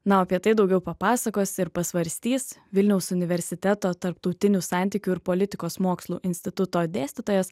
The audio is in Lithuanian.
na o apie tai daugiau papasakos ir pasvarstys vilniaus universiteto tarptautinių santykių ir politikos mokslų instituto dėstytojas